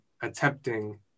attempting